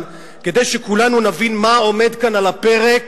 כדי שכולנו נבין מה עומד כאן על הפרק